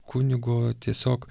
kunigo tiesiog